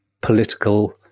political